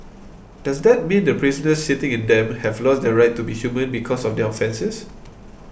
does that mean the prisoners sitting in them have lost their right to be human because of their offences